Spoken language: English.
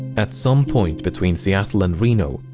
at some point, between seattle and reno,